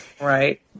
Right